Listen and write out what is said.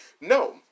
no